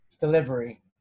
delivery